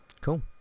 Cool